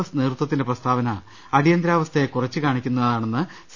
S നേതൃത്വത്തിന്റെ പ്രസ്താ വന അടിയന്തരാവസ്ഥയെ കുറച്ചുകാണിക്കുന്നതാണെന്ന് സി